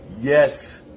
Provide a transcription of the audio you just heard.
yes